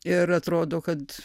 ir atrodo kad